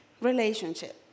Relationship